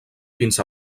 fins